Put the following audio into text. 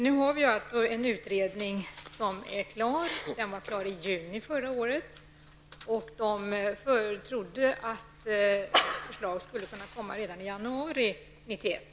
Nu finns det en utredning som blev färdig i juni förra året, och man trodde att ett förslag skulle kunna läggas fram i januari 1991.